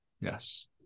Yes